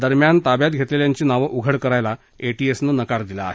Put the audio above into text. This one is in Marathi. दरम्यान ताब्यात घेतलेल्यांची नावं उघड करायला एटीएसनं नकार दिला आहे